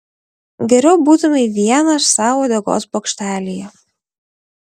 geriau būtumei vienas sau uodegos bokštelyje